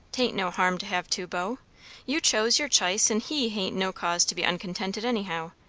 tain't no harm to have two beaux you chose your ch'ice, and he hain't no cause to be uncontented, anyhow.